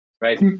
Right